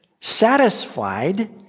satisfied